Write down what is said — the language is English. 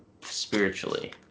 spiritually